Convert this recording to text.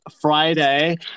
Friday